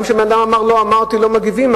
גם כשהאדם אמר: לא אמרתי, לא מגיבים.